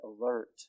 alert